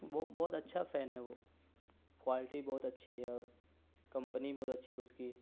وہ بہت اچھا فین ہے وہ کوالٹی بہت اچھی ہے اور کمپنی بہت اچھی ہے اس کی